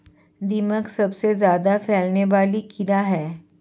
दीमक सबसे ज्यादा फैलने वाला कीड़ा है